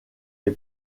les